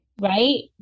Right